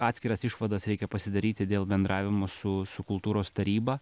atskiras išvadas reikia pasidaryti dėl bendravimo su su kultūros taryba